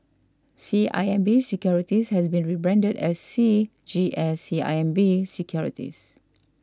C I M B Securities has been rebranded as C G S C I M B Securities